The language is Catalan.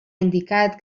indicat